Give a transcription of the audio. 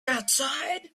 outside